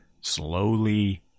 slowly